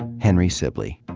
henry sibley.